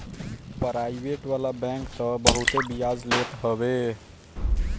private वाला bank तअ बहुते बियाज लेत हवे